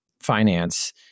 finance